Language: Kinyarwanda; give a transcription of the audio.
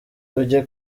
ujye